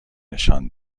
نشان